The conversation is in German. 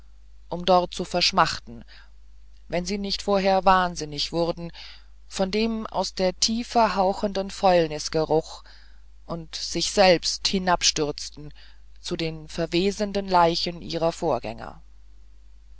um dort zu verschmachten wenn sie nicht vorher wahnsinnig wurden von dem aus der tiefe hauchenden fäulnisgeruch und sich selbst hinabstürzten zu den verwesenden leichen ihrer vorgänger